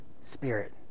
Spirit